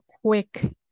quick